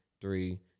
three